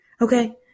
Okay